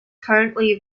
currently